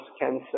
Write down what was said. cancer